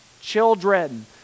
children